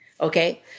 Okay